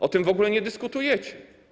O tym w ogóle nie dyskutujecie.